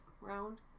round